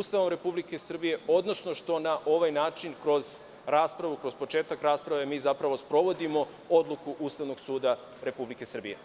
Ustavom Republike Srbije, odnosno što na ovaj način kroz raspravu, kroz početak rasprave mi zapravo sprovodimo odluku Ustavnog suda Republike Srbije.